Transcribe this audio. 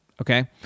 Okay